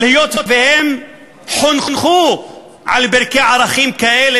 אבל היות שהם חונכו על ברכי ערכים כאלה,